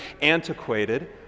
antiquated